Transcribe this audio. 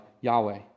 Yahweh